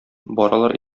баралар